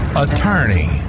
attorney